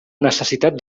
necessitat